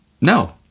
No